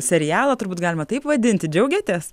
serialą turbūt galima taip vadinti džiaugiatės